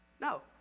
No